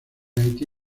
haití